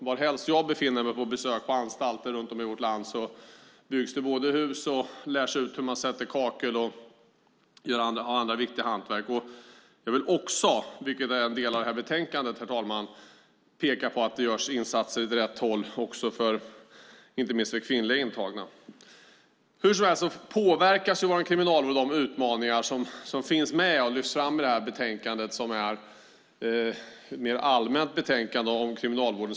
Varhelst jag befinner mig på besök på anstalter runt om i vårt land byggs det hus och lärs ut hur man sätter kakel och andra viktiga hantverk. Jag vill också peka på att det görs insatser åt rätt håll för kvinnliga intagna, vilket är en del av detta betänkande, herr talman. Hur som helst påverkas vår kriminalvård av utmaningar som finns med och lyfts fram i detta betänkande, som är ett mer allmänt betänkande om kriminalvård.